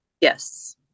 Yes